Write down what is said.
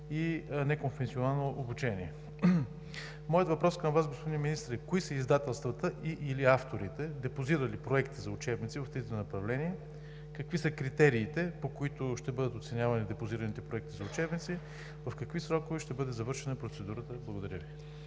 и неконфесионално обучение. Моят въпрос към Вас, господин Министър, е: кои са издателствата и/или авторите, депозирали проекти за учебници в тези направления; какви са критериите, по които ще бъдат оценявани депозираните проекти за учебници; в какви срокове ще бъде завършена процедурата? Благодаря Ви.